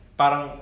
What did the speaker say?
parang